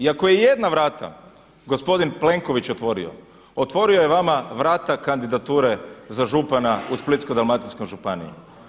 I ako je jedna vrata gospodin Plenković otvorio, otvorio je vama vrata kandidature za župana u Splitsko-dalmatinskoj županiji.